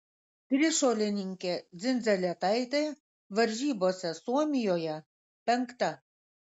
trišuolininkė dzindzaletaitė varžybose suomijoje penkta